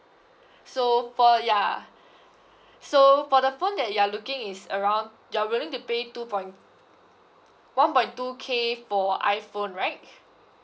so for ya so for the phone that you are looking is around you're willing to pay two point one point two K for iphone right